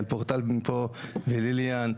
לאייל פורטל שפה ולליליאן,